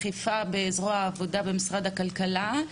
מנהל מינהל ההסדרה והאכיפה בזרוע העבודה במשרד הכלכלה.